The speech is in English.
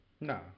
No